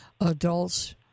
adults